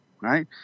Right